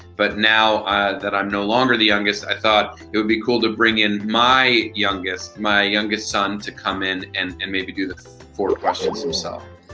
but now that i'm no longer the youngest, i thought it would be cool to bring in my youngest my youngest son to come in and and maybe do the four questions himself.